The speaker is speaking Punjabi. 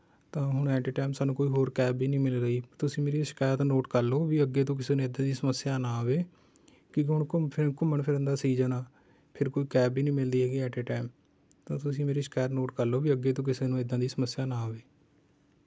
ਤਾਂ ਹੁਣ ਐਟ ਏ ਟਾਇਮ ਸਾਨੂੰ ਕੋਈ ਹੋਰ ਕੈਬ ਵੀ ਨਹੀਂ ਮਿਲ ਰਹੀ ਤੁਸੀਂ ਮੇਰੀ ਸ਼ਿਕਾਇਤ ਨੋਟ ਕਰ ਲਓ ਵੀ ਅੱਗੇ ਤੋਂ ਕਿਸੇ ਨੂੰ ਇੱਦਾਂ ਦੀ ਸਮੱਸਿਆ ਨਾ ਆਵੇ ਕਿਉਂਕਿ ਹੁਣ ਘੁੰਮ ਘੁੰਮਣ ਫਿਰਨ ਦਾ ਸੀਜ਼ਨ ਆ ਫਿਰ ਕੋਈ ਕੈਬ ਵੀ ਨਹੀਂ ਮਿਲਦੀ ਹੈਗੀ ਐਟ ਏ ਟਾਇਮ ਤਾਂ ਤੁਸੀ ਮੇਰੀ ਸ਼ਿਕਾਇਤ ਨੋਟ ਕਰ ਲਓ ਵੀ ਅੱਗੇ ਤੋਂ ਕਿਸੇ ਨੂੰ ਇੱਦਾਂ ਦੀ ਸਮੱਸਿਆ ਨਾ ਆਵੇ